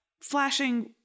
flashing